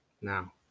now